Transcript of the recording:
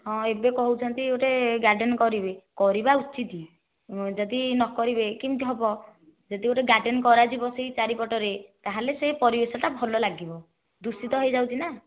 ହଁ ଏବେ କହୁଛନ୍ତି ଗୋଟିଏ ଗାର୍ଡ଼େନ କରିବେ କରିବା ଉଚିତ୍ ଯଦି ନ କରିବେ କେମିତି ହେବ ଯଦି ଗାର୍ଡ଼େନ କରାଯିବ ସେହି ଚାରିପଟରେ ତାହେଲେ ସେହି ପରିବେଶଟା ଭଲ ଲାଗିବ ଦୂଷିତ ହୋଇଯାଉଛି ନା